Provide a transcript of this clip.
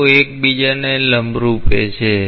તેઓ એકબીજાને લંબરૂપ છે